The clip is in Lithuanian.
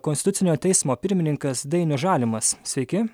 konstitucinio teismo pirmininkas dainius žalimas sveiki